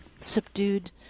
subdued